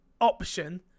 option